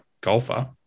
golfer